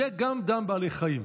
יהיה גם דם בעלי חיים".